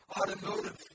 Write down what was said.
automotive